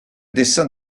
dessin